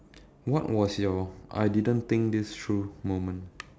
what was your I didn't think this through moment